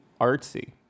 artsy